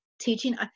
teaching